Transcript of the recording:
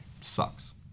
sucks